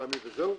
כחד-פעמי וזהו?